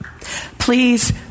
Please